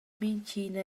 mintgina